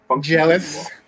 Jealous